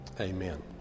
Amen